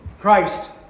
Christ